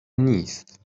نیست